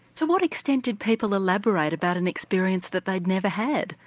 to what extent did people elaborate about an experience that they'd never had,